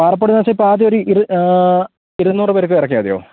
പാർപ്പടുന്നാശം ഇപ്പ ആദ്യം ഒരു ഇ ഇരുന്നൂറ്ു പേർക്ക് എറൊക്കാ അതെയോ